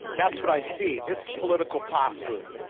that's what i see. this is political posturing.